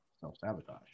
self-sabotage